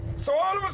so all